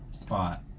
spot